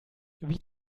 wie